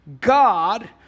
God